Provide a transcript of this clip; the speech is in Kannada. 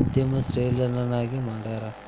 ಉದ್ಯಮಶೇಲ್ರನ್ನಾಗಿ ಮಾಡ್ಯಾರ